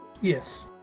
yes